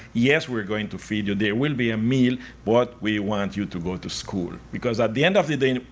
yes, we're going to feed you. there will be a meal, but what we want you to go to school. because at the end of the day,